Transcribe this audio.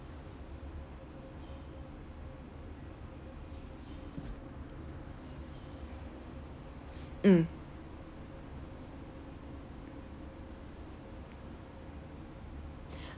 mm